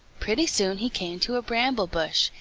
pretty soon he came to a bramble-bush,